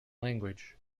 language